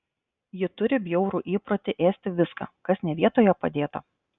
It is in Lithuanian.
ji turi bjaurų įprotį ėsti viską kas ne vietoje padėta